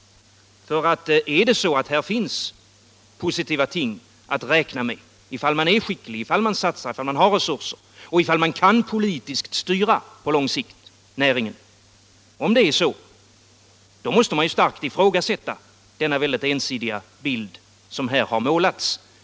Finns det positiva ting att räkna med ifall man är skicklig, satsar, har resurser och politiskt kan styra näringen på lång sikt, måste man starkt ifrågasätta den mycket ensidiga bild som här har målats.